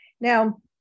Now